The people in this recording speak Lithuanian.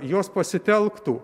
jos pasitelktų